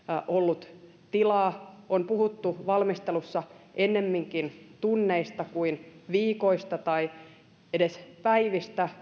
ollut tilaa on puhuttu valmistelussa ennemminkin tunneista kuin viikoista tai edes päivistä